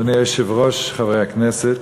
אדוני היושב-ראש, חברי הכנסת,